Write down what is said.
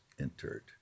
entered